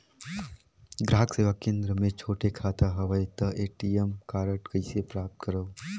ग्राहक सेवा केंद्र मे छोटे खाता हवय त ए.टी.एम कारड कइसे प्राप्त करव?